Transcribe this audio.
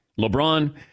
LeBron